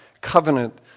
covenant